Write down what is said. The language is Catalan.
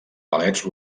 ballets